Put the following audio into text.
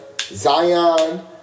Zion